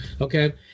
Okay